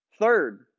Third